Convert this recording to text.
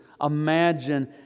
imagine